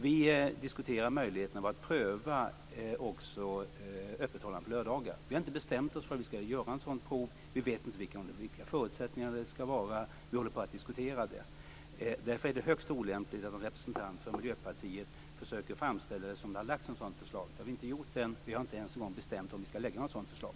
Vi diskuterar möjligheten av att också pröva ett öppethållande på lördagar. Vi har inte bestämt oss för att vi skall göra ett sådant prov. Vi vet inte vilka förutsättningar det skall vara. Det håller vi på att diskutera. Därför är det högst olämpligt att en representant för Miljöpartiet försöker framställa det som att vi har lagt fram ett sådant förslag. Det har vi inte gjort än. Vi har inte ens bestämt om vi skall lägga fram något sådant förslag.